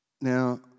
Now